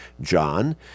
John